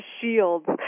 shields